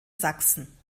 sachsen